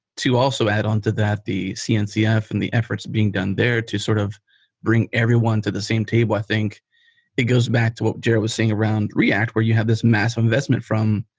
to also add on to that, the cncf and the efforts being done there to sort of bring everyone to the same table, i think it goes back to what jerod was saying around react where you have this massive investment from